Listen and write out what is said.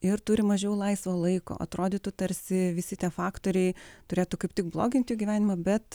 ir turi mažiau laisvo laiko atrodytų tarsi visi tie faktoriai turėtų kaip tik blogint jų gyvenimą bet